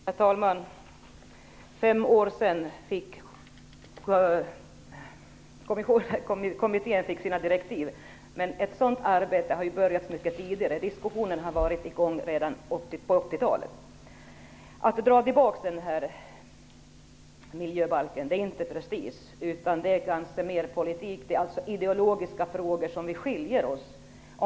Herr talman! För fem år sedan fick kommittén sina direktiv. Men arbetet hade börjat mycket tidigare. Diskussionen kom i gång redan på 80-talet. Att dra tillbaka miljöbalken är inte prestige. Det är mer politik. Det är ideologiska frågor som skiljer oss åt.